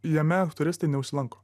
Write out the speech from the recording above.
jame turistai neužsilanko